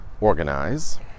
organize